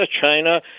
china